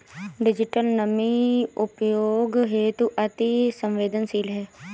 digital money उपयोग हेतु अति सवेंदनशील है